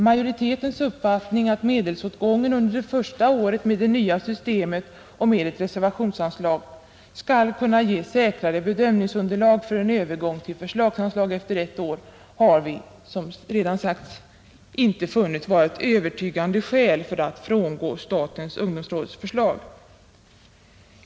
Majoritetens uppfattning att medelsåtgången under det första året med det nya systemet och med ett reservationsanslag skall kunna ge säkrare bedömningsunderlag för en övergång till förslagsanslag efter ett år har vi, som redan sagts, inte funnit vara ett övertygande skäl för att inte följa statens ungdomsråds förslag.